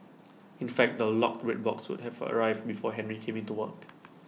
in fact the locked red box would have arrive before Henry came in to work